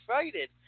excited